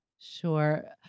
Sure